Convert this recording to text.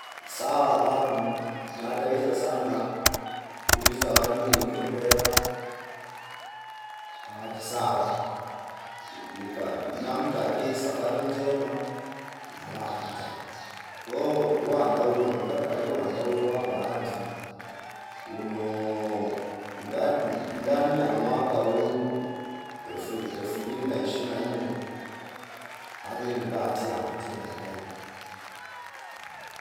Sawa babu na ata ivyo sana kuiza zawadi inutu mpela awati sawa nika namtakie safari njema nala pita ko uwanda uwoni ngatali wanda uwawa bahati unoo nda- ndani ya mwaka huu efu- elfu mbili na ishini na nne alie ni bati yampi tila ngata ii